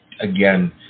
again